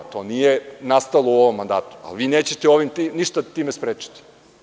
To nije nastalo u ovom mandatu, ali vi nećete ništa time sprečiti.